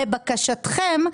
לבקשתכם,